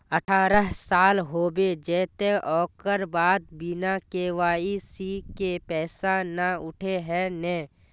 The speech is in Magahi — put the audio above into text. अठारह साल होबे जयते ओकर बाद बिना के.वाई.सी के पैसा न उठे है नय?